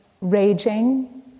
raging